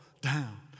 down